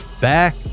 back